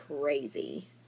crazy